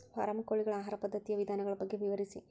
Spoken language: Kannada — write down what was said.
ಫಾರಂ ಕೋಳಿಗಳ ಆಹಾರ ಪದ್ಧತಿಯ ವಿಧಾನಗಳ ಬಗ್ಗೆ ವಿವರಿಸಿ